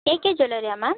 AK ஜுவல்லரியா ma'am